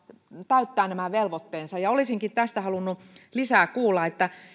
täyttää nämä velvoitteensa ja olisinkin tästä halunnut lisää kuulla